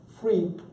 free